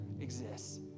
exists